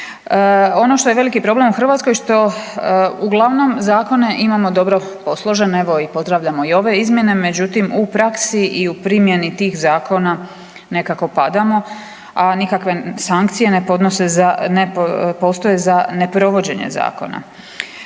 Ono što je veliki problem u Hrvatskoj što uglavnom zakone imamo dobro posložene, evo pozdravljamo i ove izmjene, međutim u praksi i u primjeni tih zakona nekako padamo, a nikakve sankcije ne postoje za neprovođenje zakona.